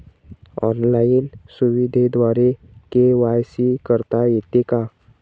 Online सुविधेद्वारे KYC करता येते का?